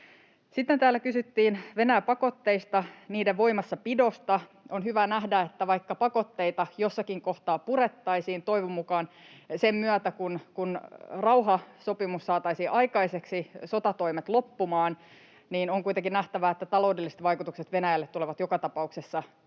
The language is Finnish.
Sitten täällä kysyttiin Venäjä-pakotteista, niiden voimassapidosta. On hyvä nähdä, että vaikka pakotteita jossakin kohtaa purettaisiin, toivon mukaan sen myötä, kun rauha, sopimus saataisiin aikaiseksi, sotatoimet loppumaan, niin on kuitenkin nähtävä, että taloudelliset vaikutukset Venäjälle tulevat joka tapauksessa olemaan